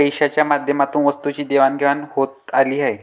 पैशाच्या माध्यमातून वस्तूंची देवाणघेवाण होत आली आहे